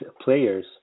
players